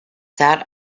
that